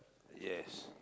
yes